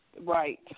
Right